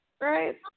right